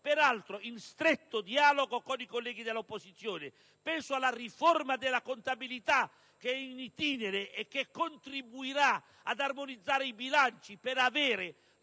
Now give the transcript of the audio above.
peraltro in stretto dialogo con i colleghi dell'opposizione; penso alla riforma della contabilità, che è *in itinere* e che contribuirà ad armonizzare i bilanci, per avere